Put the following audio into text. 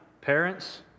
Parents